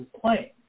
playing